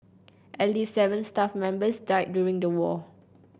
at least seven staff members died during the war